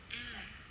hmm